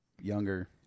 Younger